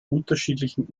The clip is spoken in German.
unterschiedlichen